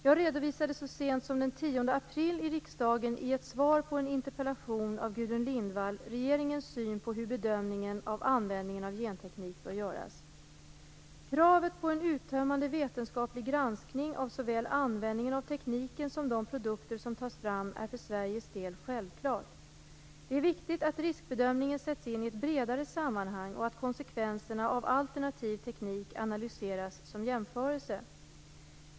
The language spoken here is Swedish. Jag redovisade så sent om den 10 april i riksdagen, i ett svar på en interpellation av Gudrun Lindvall, regeringens syn på hur bedömningen av användningen av genteknik bör göras. Kravet på en uttömmande vetenskaplig granskning av såväl användningen av tekniken som de produkter som tas fram är för Sveriges del självklart. Det är viktigt att riskbedömningen sätts in i ett bredare sammanhang och att konsekvenserna av alternativ teknik analyseras som jämförelse.